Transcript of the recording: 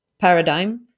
paradigm